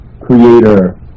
creator